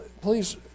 please